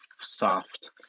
soft